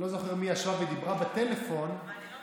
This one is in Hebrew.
לא זוכר מי ישבה ודיברה בטלפון, אבל אני לא